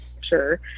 sure